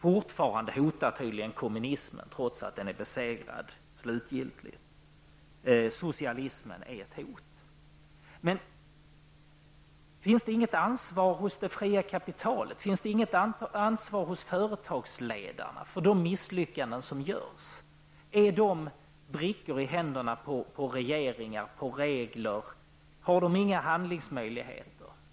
Fortfarande hotar tydligen kommunismen, trots att den är slutgiltigt besegrad. Socialismen är ett hot. Men finns det inget ansvar hos det fria kapitalet och hos företagsledarna för de misslyckanden som sker? Är de brickor på händerna på regeringar och styrda av regler? Har de inga handlingsmöjligheter?